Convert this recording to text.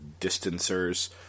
distancers